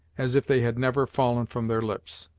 as if they had never fallen from their lips.